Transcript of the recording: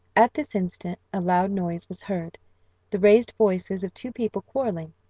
at this instant a loud noise was heard the raised voices of two people quarrelling.